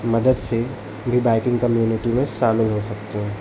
मदद से भी बाइकिंग कम्यूनिटी में शामिल हो सकते हैं